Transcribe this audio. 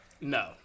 No